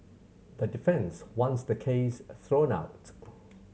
the defence wants the case thrown out